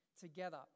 together